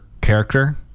character